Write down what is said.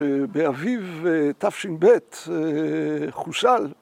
‫באביב תש״ב, חוסל.